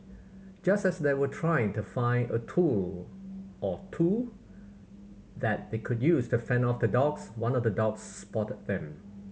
just as they were trying to find a tool or two that they could use to fend off the dogs one of the dogs spotted them